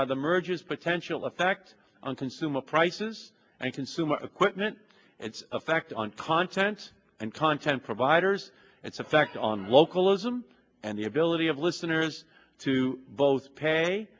are the mergers potential effect on consumer prices and consumer equipment its effect on content and content providers it's a fact on localism and the ability of listeners to both pay